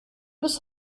bis